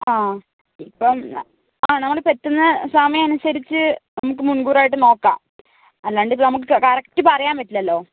ആ ഇപ്പോൾ ആ നമ്മളിപ്പോൾ എത്തുന്ന സമയമനുസരിച്ച് നമുക്ക് മുൻകൂറായിട്ടു നോക്കാം അല്ലാണ്ടിപ്പോൾ നമുക്ക് കറക്ട് പറയാൻ പറ്റില്ലല്ലോ